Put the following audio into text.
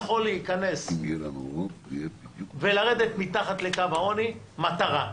להיכנס ולרדת מתחת לקו העוני מטרה.